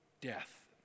Death